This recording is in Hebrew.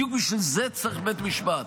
בדיוק בשביל זה צריך בית משפט,